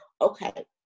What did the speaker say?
okay